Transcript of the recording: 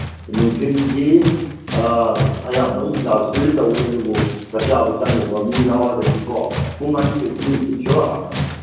ꯅꯨꯡꯊꯤꯟꯁꯤ ꯑꯌꯥꯝꯕ ꯏꯟꯆꯥꯔꯖꯕꯗꯤ ꯇꯧꯋꯤ ꯑꯗꯨꯕꯨ ꯆꯥꯛ ꯆꯥꯕ ꯆꯪꯉꯨꯕ ꯃꯤ ꯌꯥꯎꯔꯒꯗꯤꯀꯣ ꯄꯨꯡ ꯑꯅꯤꯗꯒꯤꯗꯤ ꯅꯨꯡꯇꯤꯒꯤ ꯁ꯭ꯌꯣꯔ ꯍꯥꯡꯉꯦ